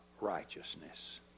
righteousness